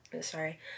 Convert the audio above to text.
Sorry